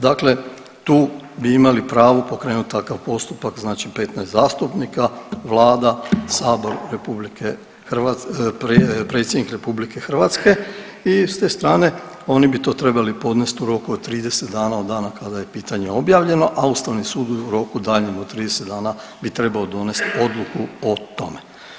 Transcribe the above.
Dakle, tu bi imali pravo pokrenuti takav postupak, znači 15 zastupnika, vlada, sabor RH, predsjednik RH i s te strane oni bi to trebali podnesti u roku od 30 dana od dana kada je pitanje objavljeno, a ustavni sud u roku daljnjem od 30 dana bi trebao donest odluku o tome.